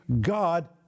God